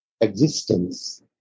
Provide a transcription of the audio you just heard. existence